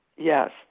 Yes